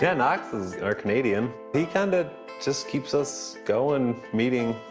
yeah nox is our canadian. he kinda just keeps us going, meeting,